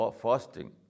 fasting